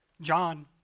John